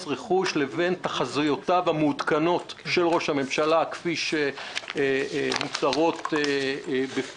רכוש לבין תחזיותיו המעודכנות של ראש הממשלה כפי שנאמרו בפומבי?